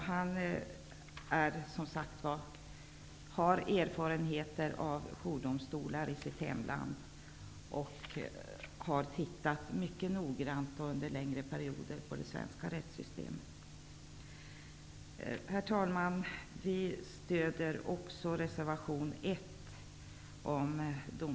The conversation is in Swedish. Han har som sagt erfarenheter av jourdomstolar i sitt hemland och har mycket noggrant och under längre perioder studerat det svenska rättssystemet. Herr talman! Vi stöder också reservation 1 om